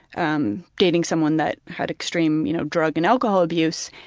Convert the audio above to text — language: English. um dating someone that had extreme you know drug and alcohol abuse,